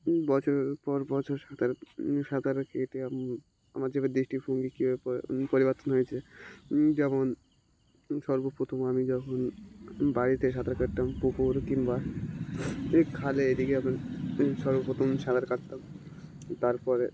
বছরের পর বছর সাঁতার সাঁতার কেটে আমার যে দৃষ্টিভঙ্গি কীভাবে পরিবর্তন হয়েছে যেমন সর্বপ্রথম আমি যখন বাড়িতে সাঁতার কাটতাম পুকুর কিংবা খালে এদিকে আমরা সর্বপ্রথম সাঁতার কাটতাম তারপরে